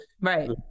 Right